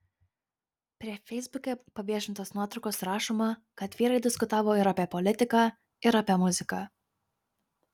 prie feisbuke paviešintos nuotraukos rašoma kad vyrai diskutavo ir apie politiką ir apie muziką